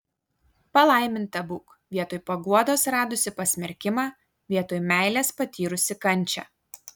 palaiminta būk vietoj paguodos radusi pasmerkimą vietoj meilės patyrusi kančią